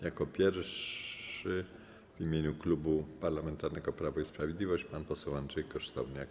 Jako pierwszy w imieniu Klubu Parlamentarnego Prawo i Sprawiedliwość pan poseł Andrzej Kosztowniak.